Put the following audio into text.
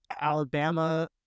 Alabama